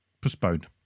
postponed